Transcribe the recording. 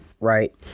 right